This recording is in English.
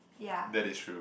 ya